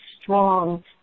strong